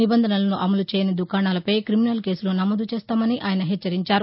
నిబంధనలను అమలు చేయని దుకాణాల పై క్రిమినల్ కేసులు సమోదు చేస్తామని ఆయన హెచ్చరించారు